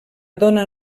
donar